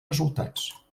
resultats